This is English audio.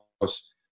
house